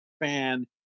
fan